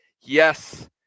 yes